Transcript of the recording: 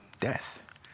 death